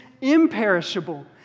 imperishable